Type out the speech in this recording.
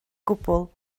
gwbl